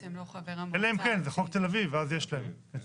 אלא אם כן זה חוק תל אביב ואז יש להם נציג.